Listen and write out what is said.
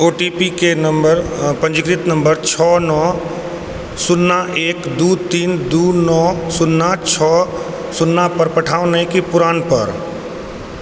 ओटीपीके नव पञ्जीकृत नम्बर छओ नओ सुन्ना एक दू तीन दू नओ सुन्ना छओ सुन्नापर पठाउ नहि कि पुरानपर